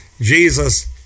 Jesus